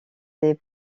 des